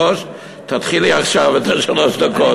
תתחיל לי עכשיו את השלוש דקות.